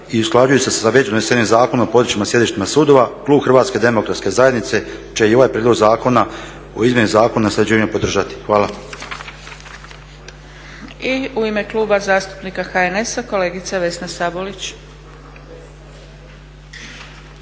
I u ime Kluba zastupnika HNS-a kolegica Vesna Sabolić.